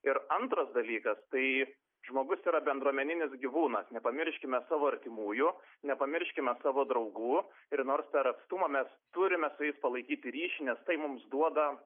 ir antras dalykas tai žmogus yra bendruomeninis gyvūnas nepamirškime savo artimųjų nepamirškime savo draugų ir nors per atstumą mes turime su jais palaikyti ryšį nes tai mums duoda